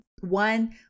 One